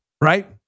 Right